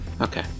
okay